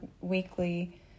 weekly